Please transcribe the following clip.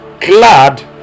clad